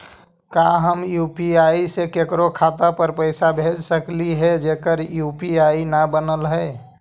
का हम यु.पी.आई से केकरो खाता पर पैसा भेज सकली हे जेकर यु.पी.आई न बनल है?